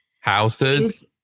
Houses